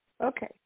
Okay